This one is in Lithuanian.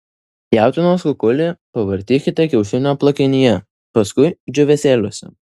jautienos kukulį pavartykite kiaušinio plakinyje paskui džiūvėsėliuose